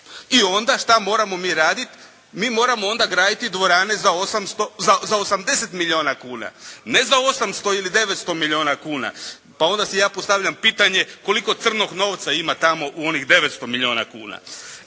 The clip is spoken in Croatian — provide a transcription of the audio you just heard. I onda, šta moramo mi raditi? Mi moramo onda graditi dvorane za 80 milijuna kuna, ne za 800 ili 900 milijuna kuna. Pa onda si ja postavljam pitanje koliko crnog novca ima tamo u onih 900 milijuna kuna.